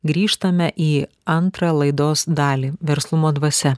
grįžtame į antrą laidos dalį verslumo dvasia